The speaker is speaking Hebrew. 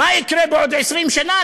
מה יקרה בעוד 20 שנה,